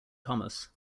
thomas